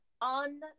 on